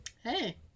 Hey